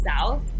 south